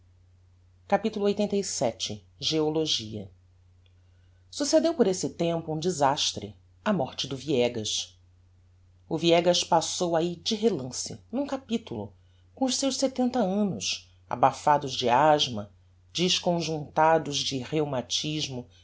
capitulo lxxxvii geologia succedeu por esse tempo um desastre a morte do viegas o viegas passou ahi de relance n'um capitulo com os seus setenta annos abafados de asthma desconjuntados de rheumatismo